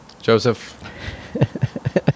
Joseph